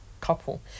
couple